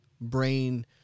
brain